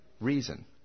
reason